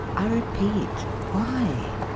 i repeat, why?